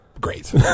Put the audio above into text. great